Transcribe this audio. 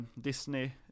Disney